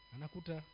Anakuta